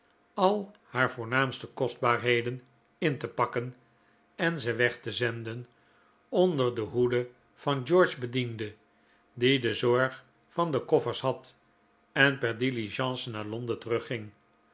al haar voornaamste kostbaarheden in te pakken en ze weg te zenden onder de hoede van george's bediende die de zorg van de koffers had en per diligence naar londen terugging